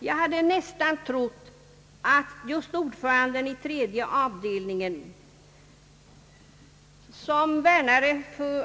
Jag hade nästan trott att ordföranden i tredje avdelningen, såsom värnare